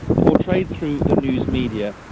portrayed through the news media.